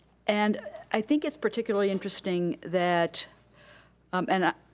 and i think it's particularly interesting that um and ah